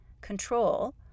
control